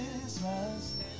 Christmas